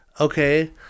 okay